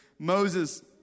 Moses